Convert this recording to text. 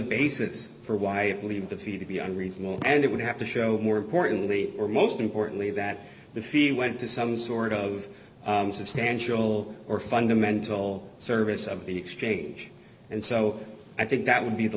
basis for why i believe the fee to be unreasonable and it would have to show more importantly or most importantly that the fee went to some sort of substantial or fundamental service of the exchange and so i think that would be the